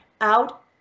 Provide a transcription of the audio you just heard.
out